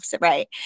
Right